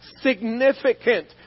significant